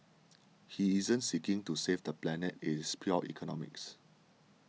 he isn't seeking to save the planet it's pure economics